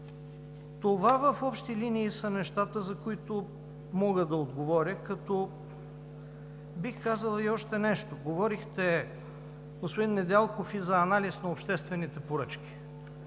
Това в общи линии са нещата, за които мога да отговоря. Бих казал и още нещо. Говорихте, господин Недялков, и за анализ на обществените поръчки.